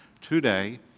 today